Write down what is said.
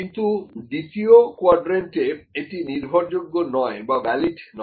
কিন্তু দ্বিতীয় কোয়াড্রেন্ট এ এটা নির্ভরযোগ্য নয়বা ভ্যালিড নয়